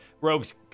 Rogues